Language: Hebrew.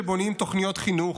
שבונים תוכניות חינוך,